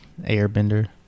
airbender